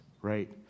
right